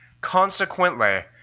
Consequently